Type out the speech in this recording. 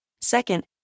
Second